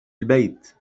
البيت